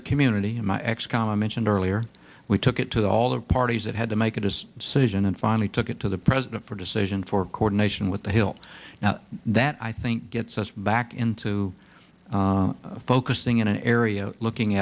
a community and my ex con i mentioned earlier we took it to all the parties that had to make it as a citizen and finally took it to the president for decision for coordination with the hill now that i think gets us back into focusing in an area looking